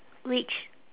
which